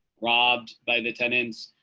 robbed by the tenants.